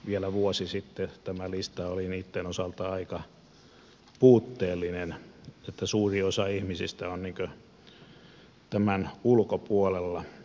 vielä vuosi sitten tämä lista oli niitten osalta aika puutteellinen niin että suuri osa ihmisistä on tämän ulkopuolella